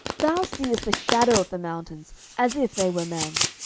thou seest the shadow of the mountains as if they were men.